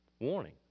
Warning